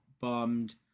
bummed